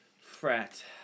frat